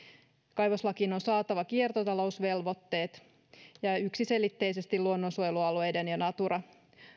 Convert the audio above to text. kaivoslakiin on saatava kiertotalousvelvoitteet ja yksiselitteisesti luonnonsuojelualueiden ja natura